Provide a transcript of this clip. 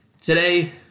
today